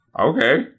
Okay